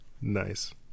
Nice